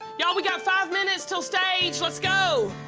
y'all, we got five minutes till stage. let's go.